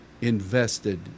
invested